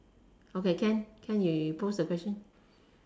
okay can can you pose the question